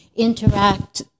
interact